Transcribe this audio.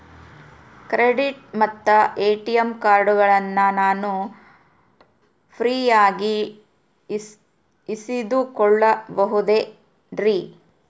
Credit ಮತ್ತ ATM ಕಾರ್ಡಗಳನ್ನ ನಾನು ಫ್ರೇಯಾಗಿ ಇಸಿದುಕೊಳ್ಳಬಹುದೇನ್ರಿ?